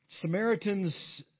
Samaritans